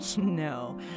No